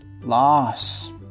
loss